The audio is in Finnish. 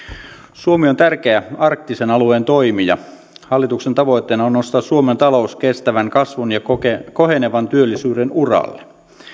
suomi on tärkeä arktisen alueen toimija hallituksen tavoitteena on nostaa suomen talous kestävän kasvun ja kohenevan työllisyyden uralle